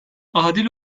adil